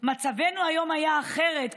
מצבנו היום היה אחרת,